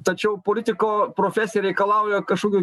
tačiau politiko profesija reikalauja kažkokių